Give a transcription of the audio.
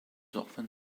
often